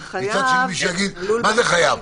מישהו יכול להגיד: מה זה "חייב"?